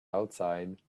outside